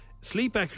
Sleep